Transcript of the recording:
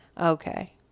okay